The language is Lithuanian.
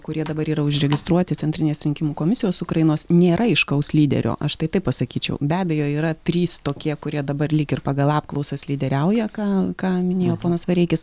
kurie dabar yra užregistruoti centrinės rinkimų komisijos ukrainos nėra aiškaus lyderio aš tai taip pasakyčiau be abejo yra trys tokie kurie dabar lyg ir pagal apklausas lyderiauja ką ką minėjo ponas vareikis